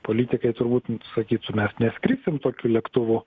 politikai turbūt n sakytų mes neskrisim tokiu lėktuvu